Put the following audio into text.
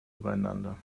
übereinander